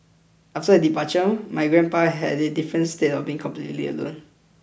after her departure my grandpa had a different state of being completely alone